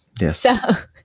Yes